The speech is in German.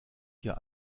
hier